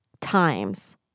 times